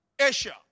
Asia